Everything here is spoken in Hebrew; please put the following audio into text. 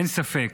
אין ספק